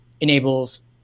enables